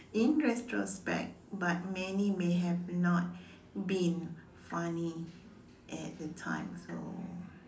in retrospect but many may have not been funny at the time so